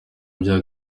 bya